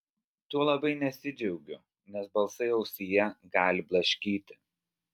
tuo labai nesidžiaugiu nes balsai ausyje gali blaškyti